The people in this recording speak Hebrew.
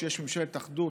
כשיש ממשלת אחדות,